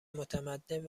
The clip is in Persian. متمدن